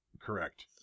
Correct